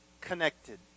connected